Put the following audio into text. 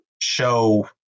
show